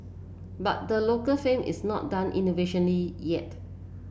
but the local firm is not done innovating yet